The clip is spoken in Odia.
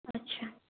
ଆଚ୍ଛା